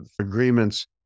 agreements